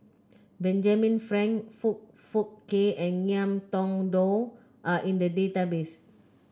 Benjamin Frank Foong Fook Kay and Ngiam Tong Dow are in the database